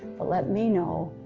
but let me know